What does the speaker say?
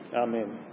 Amen